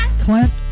Clint